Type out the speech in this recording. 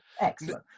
Excellent